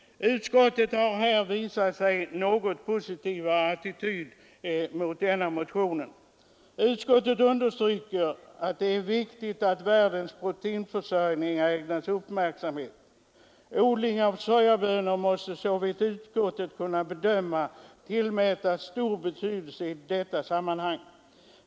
Utskottet har intagit en något positivare attityd till denna motion. Utskottet understryker att det är viktigt att världens proteinförsörjning ägnas uppmärksamhet. Odling av sojabönor måste, såvitt utskottet kunnat bedöma, tillmätas en stor betydelse i detta sammanhang.